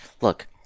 Look